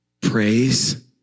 praise